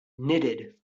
knitted